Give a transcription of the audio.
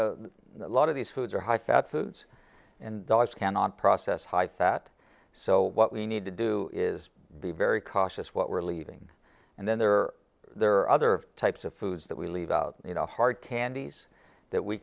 know a lot of these foods are high fat foods and thus cannot process high fat so what we need to do is be very cautious what we're leaving and then there are there are other types of foods that we leave out the hard candies that we